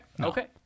okay